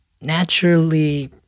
naturally